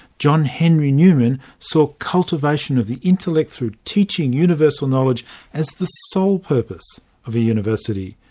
john henry newman saw cultivation of the intellect through teaching universal knowledge as the sole purpose of a university.